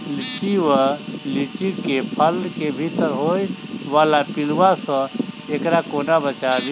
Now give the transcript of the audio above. लिच्ची वा लीची केँ फल केँ भीतर होइ वला पिलुआ सऽ एकरा कोना बचाबी?